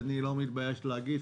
אני לא מתבייש להגיד,